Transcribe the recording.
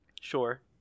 Sure